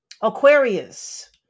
Aquarius